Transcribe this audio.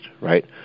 right